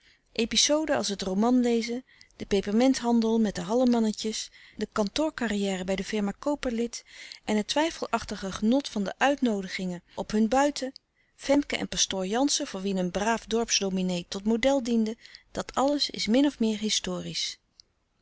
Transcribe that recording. episoden als het romanlezen de pepermenthandel met de hallemannetjes de kantoorcarrière bij de firma kopperlith en het twijfelachtig genot van de uitnoodigingen op hun buiten femke en pastoor jansen voor wien een braaf dorpsdominee tot model diende dat alles is min of meer historisch